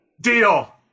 Deal